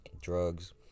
drugs